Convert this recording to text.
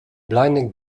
blinding